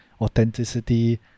authenticity